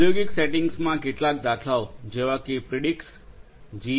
ઔદ્યોગિક સેટિંગ્સમાં કેટલાક દાખલાઓ જેવા કે પ્રિડિક્સ જી